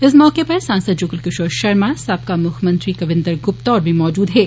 इस मौके उप्पर सांसद जुगुल किषोर षर्मा साबका मुक्खमंत्री कविन्द्र गुप्ता होर बी मौजूद हे